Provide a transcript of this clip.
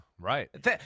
right